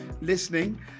listening